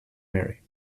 marry